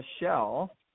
Michelle